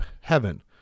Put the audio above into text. heaven